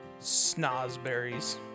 Snozberries